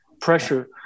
pressure